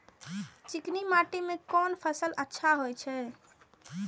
चिकनी माटी में कोन फसल अच्छा होय छे?